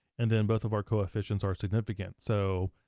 and then both of our coefficients are significant. so,